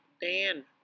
Dan